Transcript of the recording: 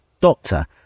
doctor